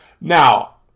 Now